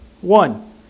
One